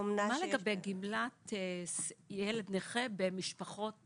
מה לגבי גמלת ילד נכה בפנימיות.